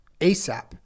ASAP